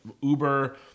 Uber